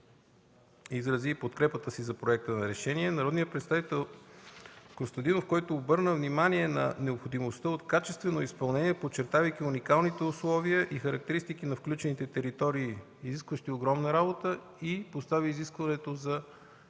изрази подкрепата си за проекта за решение; - народният представител Костадинов, който обърна внимание на необходимостта от качествено изпълнение, подчертавайки уникалните условия и характеристики на включените територии, изискващи огромна работа; постави изискването за